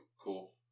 cool